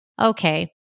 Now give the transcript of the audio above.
Okay